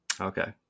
Okay